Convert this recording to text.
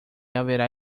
haverá